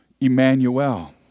Emmanuel